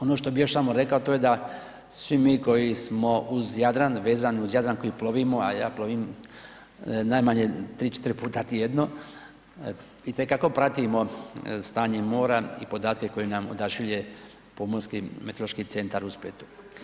Ono što bih još samo rekao to je da svi mi koji smo uz Jadran vezani, uz Jadran koji plovimo, a ja plovim najmanje 3, 4 puta tjedno itekako pratimo stanje mora i podatke koje nam odašilje Pomorski meteorološki centar u Splitu.